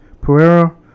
Pereira